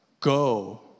Go